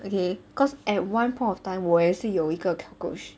okay cause at one point of time 我也是有一个 cockroach